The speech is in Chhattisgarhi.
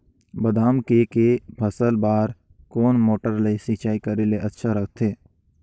बादाम के के फसल बार कोन मोटर ले सिंचाई करे ले अच्छा रथे?